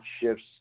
shifts